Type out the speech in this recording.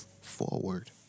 forward